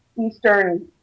Eastern